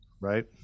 Right